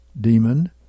demon